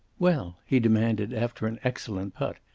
well? he demanded, after an excellent putt.